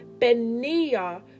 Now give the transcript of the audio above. benia